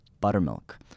buttermilk